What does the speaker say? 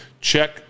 check